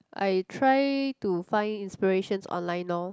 I try to find inspirations online lor